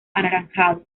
anaranjado